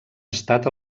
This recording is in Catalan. estat